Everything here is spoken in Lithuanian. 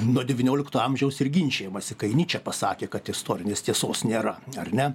nuo devyniolikto amžiaus ir ginčijamasi kai nyčė pasakė kad istorinės tiesos nėra ar ne